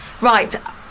Right